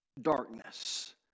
darkness